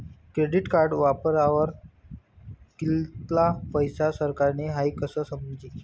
credit card वापरावर कित्ला पैसा सरनात हाई कशं समजी